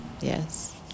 Yes